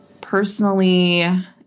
personally